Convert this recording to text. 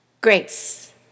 Grace